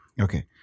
Okay